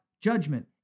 judgment